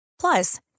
Plus